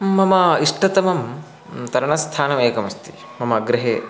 मम इष्टतमं तरणस्थानमेकमस्ति मम गृहे